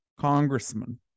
congressman